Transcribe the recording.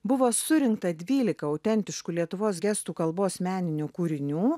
buvo surinkta dvylika autentiškų lietuvos gestų kalbos meninių kūrinių